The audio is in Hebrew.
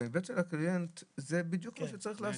ומההיבט של הקליינט זה בדיוק מה שצריך לעשות היום.